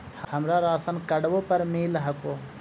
हमरा राशनकार्डवो पर मिल हको?